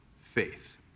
faith